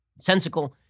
sensical